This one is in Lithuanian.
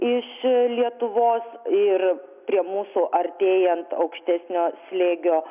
iš lietuvos ir prie mūsų artėjant aukštesnio slėgio